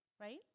right